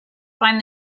find